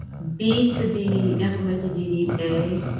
b to be implemented, you need a,